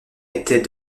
était